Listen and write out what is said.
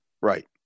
Right